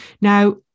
Now